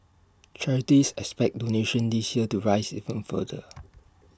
charities expect donations this year to rise even further